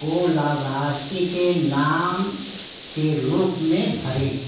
को लाभार्थी के नाम के रूप में भरें